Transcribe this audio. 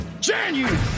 January